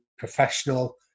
professional